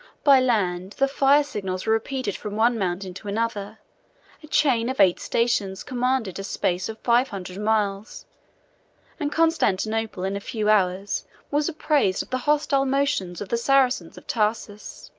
by land, the fire-signals were repeated from one mountain to another a chain of eight stations commanded a space of five hundred miles and constantinople in a few hours was apprised of the hostile motions of the saracens of tarsus.